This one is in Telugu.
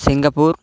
సింగపూర్